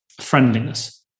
friendliness